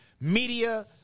Media